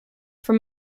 from